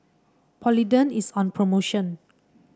Polident is on promotion